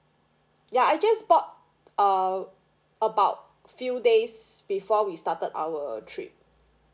ya I just bought uh about few days before we started our trip